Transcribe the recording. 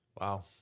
Wow